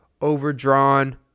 overdrawn